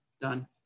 done